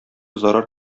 зарар